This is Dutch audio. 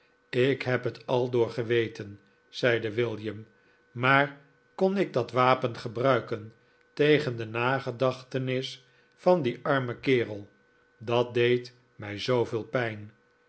ik heb het aldoor geweten zeide william maar kon ik dat wapen gebruiken tegen de nagedachtenis van dien armen kerel dat deed mij zooveel pijn